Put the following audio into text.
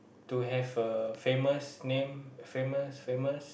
to have a famous name famous famous